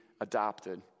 adopted